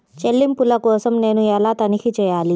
చెల్లింపుల కోసం నేను ఎలా తనిఖీ చేయాలి?